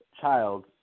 child